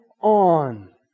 on